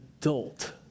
adult